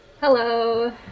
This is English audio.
hello